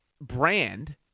brand